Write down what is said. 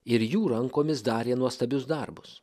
ir jų rankomis darė nuostabius darbus